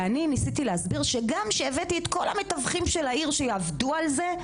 ואני ניסיתי להסביר שגם כשהבאתי את כל המתווכים של העיר שיעבדו על זה,